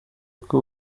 uko